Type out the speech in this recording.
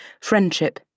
friendship